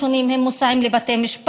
אנחנו כן רוצים להפוך את זה גם לדיון,